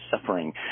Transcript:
suffering